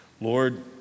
Lord